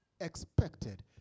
expected